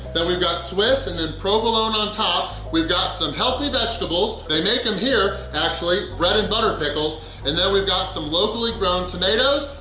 then we've got swiss, and then provolone on top! we've got some healthy vegetables, they make them here actually! bread and butter pickles and then we've got some locally grown tomatoes,